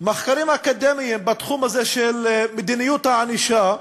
אקדמיים בתחום הזה, של מדיניות הענישה,